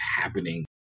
happening